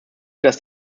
dass